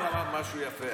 נאור אמר משהו יפה,